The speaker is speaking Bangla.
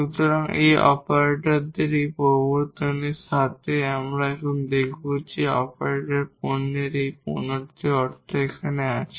সুতরাং এই অপারেটরদের এই প্রবর্তনের সাথে এখানে আমরা এখন দেখব যে অপারেটরের এই প্রডাক্টের অর্থ এখানে আছে